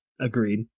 Agreed